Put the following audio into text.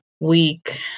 week